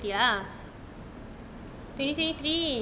twenty twenty three